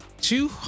two